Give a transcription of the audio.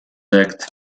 act